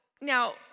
now